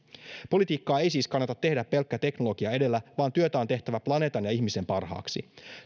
politiikkaa ei siis kannata tehdä pelkkä teknologia edellä vaan työtä on tehtävä planeetan ja ihmisen parhaaksi